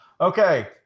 okay